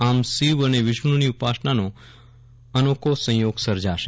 આમ શિવ અને વિષ્ણુની ઉપાસનાનો અનોખી સંયોગ સર્જાશે